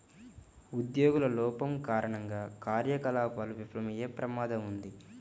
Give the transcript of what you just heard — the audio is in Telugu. ఉద్యోగుల లోపం కారణంగా కార్యకలాపాలు విఫలమయ్యే ప్రమాదం ఉంది